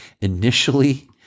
initially